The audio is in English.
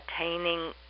attaining